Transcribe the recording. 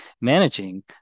managing